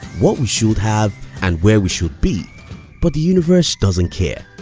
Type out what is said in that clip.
what we should have and where we should be but the universe doesn't care.